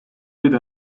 with